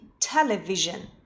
television